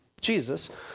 Jesus